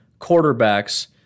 quarterbacks